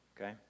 Okay